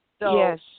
Yes